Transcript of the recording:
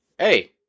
Hey